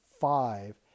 five